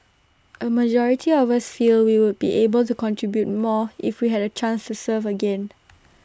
A majority of us feel we would be able to contribute more if we had A chance to serve again